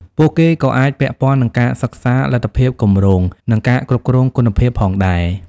ពួកគេក៏អាចពាក់ព័ន្ធនឹងការសិក្សាលទ្ធភាពគម្រោង និងការគ្រប់គ្រងគុណភាពផងដែរ។